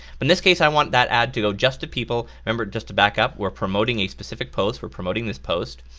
but this case i want that ad to go just to people. remember just to back up, we're promoting a specific post, we're promoting this post,